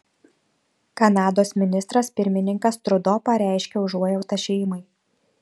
kanados ministras pirmininkas trudo pareiškė užuojautą šeimai